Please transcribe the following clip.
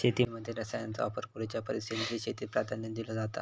शेतीमध्ये रसायनांचा वापर करुच्या परिस सेंद्रिय शेतीक प्राधान्य दिलो जाता